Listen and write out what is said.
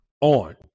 on